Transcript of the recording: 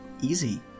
Easy